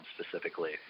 specifically